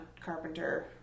Carpenter